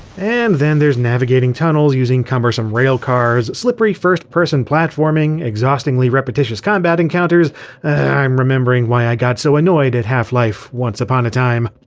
and then there's navigating tunnels using cumbersome rail cars, slippery first-person platforming, exhaustingly repetitious combat encounters. ah i'm remembering why i got so annoyed at half-life once upon a time.